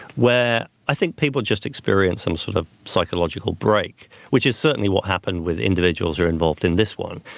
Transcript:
where i think people just experienced some sort of psychological break, which is certainly what happened with individuals who were involved in this one,